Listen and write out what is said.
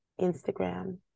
Instagram